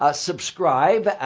ah subscribe.